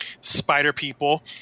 Spider-People